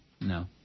No